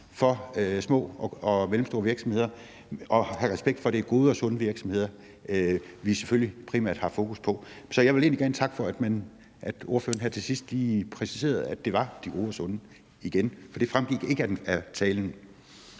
for små og mellemstore virksomheder og have respekt for de gode og sunde virksomheder, vi selvfølgelig primært har fokus på. Så jeg vil egentlig gerne takke for, at ordføreren her til sidst lige præciserede igen, at det var de gode og sunde virksomheder. For det fremgik ikke af talen.